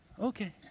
Okay